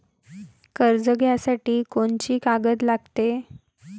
कर्ज घ्यासाठी कोनची कागद लागते?